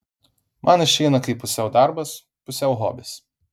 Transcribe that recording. man išeina kaip pusiau darbas pusiau hobis